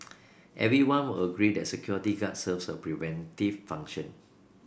everyone will agree that security guards serve a preventive function